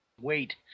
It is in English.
wait